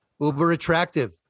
uber-attractive